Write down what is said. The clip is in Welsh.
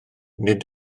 nid